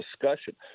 discussion